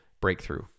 breakthrough